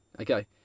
Okay